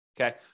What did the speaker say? Okay